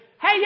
hey